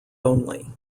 only